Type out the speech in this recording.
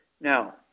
Now